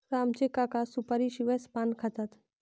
राम चे काका सुपारीशिवाय पान खातात